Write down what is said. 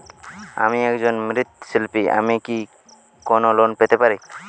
আমি একজন মৃৎ শিল্পী আমি কি কোন লোন পেতে পারি?